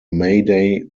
mayday